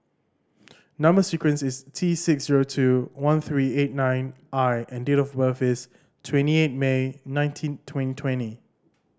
number sequence is T six zero two one three eight nine I and date of birth is twenty eight May nineteen twenty twenty